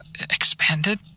expanded